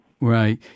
Right